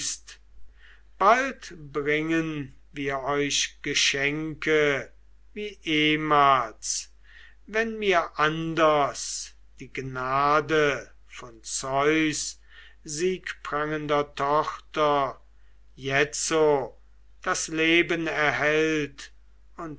bald bringen wir euch geschenke wie ehmals wenn mir anders die gnade von zeus siegprangender tochter jetzo das leben erhält und